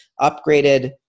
upgraded